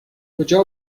کجا